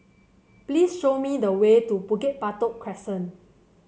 please show me the way to Bukit Batok Crescent